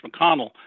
McConnell